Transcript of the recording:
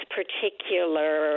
particular